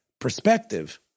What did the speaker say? perspective